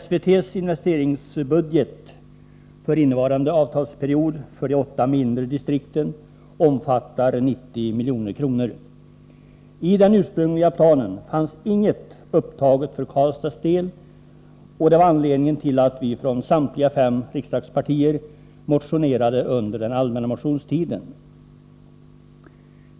SVT:s investeringsbudget för innevarande avtalsperiod för de åtta mindre distrikten omfattar 90 milj.kr. I den ursprungliga planen fanns inget upptaget för Karlstads del, och det var anledningen till att vi från samtliga fem riksdagspartier motionerade under den allmänna motionstiden.